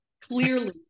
clearly